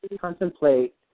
contemplate